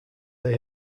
they